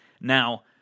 Now